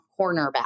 cornerback